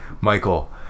Michael